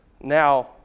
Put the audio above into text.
Now